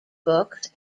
books